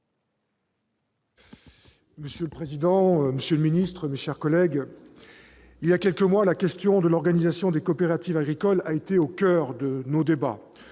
Monsieur le président, monsieur le ministre, mes chers collègues, il y a quelques mois, la question de l'organisation des coopératives agricoles a été au coeur de nos débats.